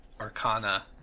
Arcana